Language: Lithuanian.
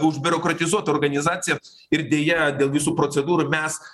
užbiurokratizuota organizacija ir deja dėl visų procedūrų mes